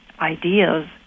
ideas